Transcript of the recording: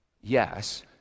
yes